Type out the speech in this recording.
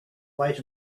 wait